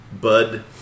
Bud